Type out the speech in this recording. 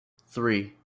three